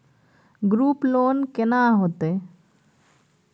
Group loan केना होतै?